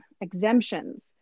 exemptions